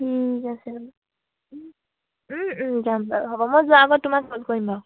ঠিক আছে যাম বাৰু হ'ব মই যোৱাৰ আগত তোমাক ফোন কৰিম বাৰু